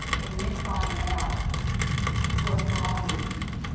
and then find out what's wrong with you,